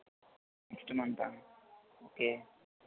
next month okay